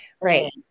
Right